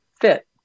fit